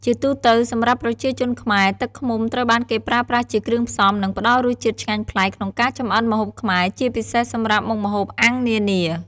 ជាទូទៅ សម្រាប់ប្រជាជនខ្មែរ ទឹកឃ្មុំត្រូវបានគេប្រើប្រាស់ជាគ្រឿងផ្សំ និងផ្តល់រសជាតិឆ្ងាញ់ប្លែកក្នុងការចម្អិនម្ហូបខ្មែរ ជាពិសេសសម្រាប់មុខម្ហូបអាំងនានា។